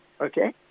okay